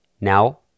Now